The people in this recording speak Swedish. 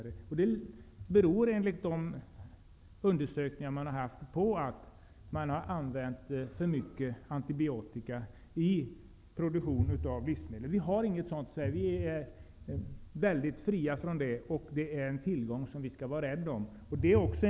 Detta beror enligt de undersökningar som har gjorts på att det har använts för mycket antibiotika i produktionen av livsmedel. Dessa bekymmer har vi inte i Sverige, och det utgör en tillgång för oss i Sverige som vi skall vara rädda om.